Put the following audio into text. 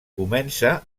comença